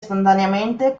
spontaneamente